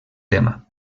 tema